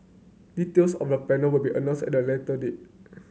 details of the panel will be announced at a later date